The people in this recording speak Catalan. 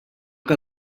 que